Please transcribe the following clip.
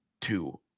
two